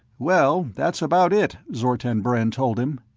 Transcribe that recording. well, that's about it, zortan brend told him.